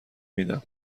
میدم